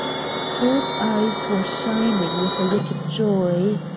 ford's eyes were shining with a wicked joy.